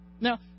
Now